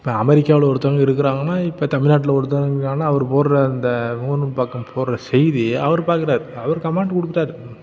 இப்போ அமெரிக்காவில் ஒருத்தங்க இருக்கிறாங்கன்னா இப்போ தமிழ்நாட்டில் ஒருத்தங்க இருக்காங்கன்னால் அவர் போடுற இந்த முகநூல் பக்கம் போடுற செய்தி அவர் பார்க்கறார் அவர் கமெண்ட் கொடுத்துட்டாரு